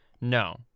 No